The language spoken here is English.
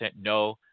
no